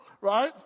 right